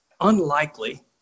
unlikely